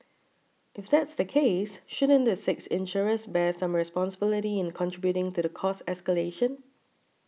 if that's the case shouldn't the six insurers bear some responsibility in contributing to the cost escalation